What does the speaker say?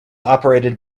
operated